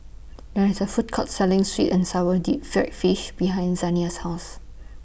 There IS A Food Court Selling Sweet and Sour Deep Fried Fish behind Zaniyah's House